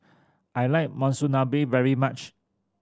I like Monsunabe very much